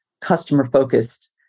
customer-focused